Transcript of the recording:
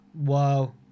Wow